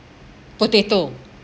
potato